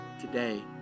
today